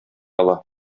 ала